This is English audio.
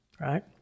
Right